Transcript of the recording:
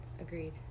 Agreed